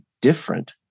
different